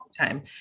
time